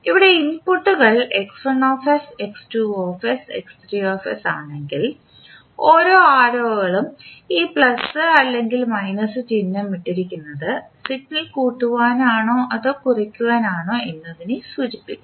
ഇവിടെ ഇൻപുട്ടുകൾ ആണെങ്കിൽ ഓരോ ആരോകളിലും ഈ പ്ലസ് അല്ലെങ്കിൽ മൈനസ് ചിഹ്നം ഇട്ടിരിക്കുന്നത് സിഗ്നൽ കൂട്ടുവാൻ ആണോ അതോ കുറയ്ക്കാൻ ആണോ എന്നതിനെ സൂചിപ്പിക്കുന്നു